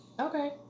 Okay